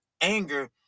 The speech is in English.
anger